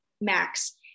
Max